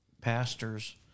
pastors